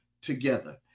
together